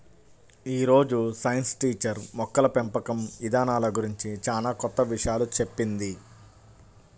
యీ రోజు science teacher మొక్కల పెంపకం ఇదానాల గురించి చానా కొత్త విషయాలు చెప్పింది